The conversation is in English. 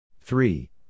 Three